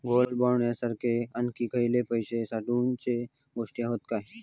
Gold bond सारखे आणखी खयले पैशे साठवूचे गोष्टी हत काय?